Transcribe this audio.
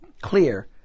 clear